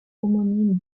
homonyme